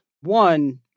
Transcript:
One